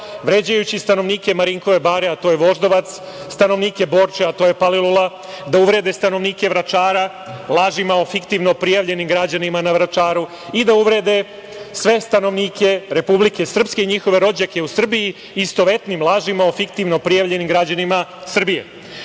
vređajući stanovnike Marinkove bare, a to je Voždovac, stanovnike Borče, a to je Palilula, da uvrede stanovnike Vračara lažima o fiktivno prijavljenim građanima na Vračaru i da uvrede sve stanovnike Republike Srpske i njihove rođake u Srbiji istovetnim lažima o fiktivno prijavljenim građanima